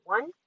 One